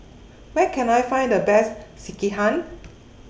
Where Can I Find The Best Sekihan